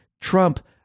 Trump